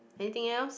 anything else